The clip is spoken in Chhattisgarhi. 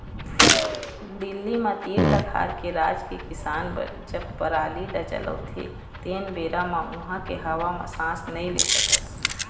दिल्ली म तीर तखार के राज के किसान बर जब पराली ल जलोथे तेन बेरा म उहां के हवा म सांस नइ ले सकस